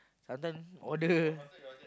sometime order